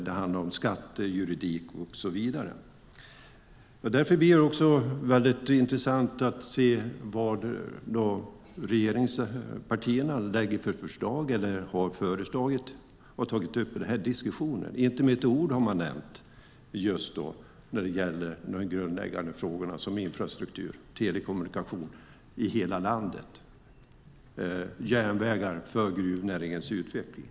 Det handlar om skatter, juridik och så vidare. Därför är det intressant att se vilka förslag regeringspartierna lägger fram eller har föreslagit och tagit upp i diskussionen. Man har inte med ett ord nämnt de grundläggande frågorna som infrastruktur, telekommunikation i hela landet och järnvägar för gruvnäringens utveckling.